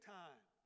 time